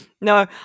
No